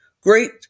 great